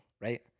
right